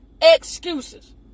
excuses